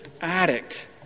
addict